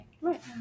Right